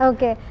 Okay